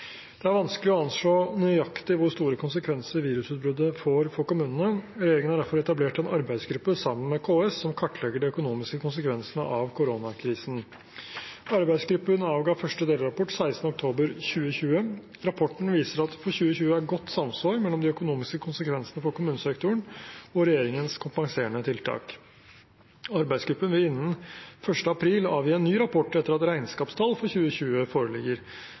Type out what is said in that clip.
Det er vanskelig å anslå nøyaktig hvor store konsekvenser virusutbruddet får for kommunene. Regjeringen har derfor sammen med KS etablert en arbeidsgruppe som kartlegger de økonomiske konsekvensene av koronakrisen. Arbeidsgruppen avga første delrapport 16. oktober 2020. Rapporten viser at det for 2020 er et godt samsvar mellom de økonomiske konsekvensene for kommunesektoren og regjeringens kompenserende tiltak. Arbeidsgruppen vil innen 1. april avgi en ny rapport, etter at regnskapstall for 2020 foreligger.